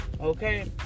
okay